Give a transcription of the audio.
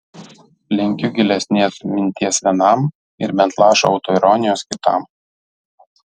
linkiu gilesnės minties vienam ir bent lašo autoironijos kitam